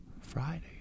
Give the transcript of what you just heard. Friday